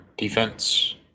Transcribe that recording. Defense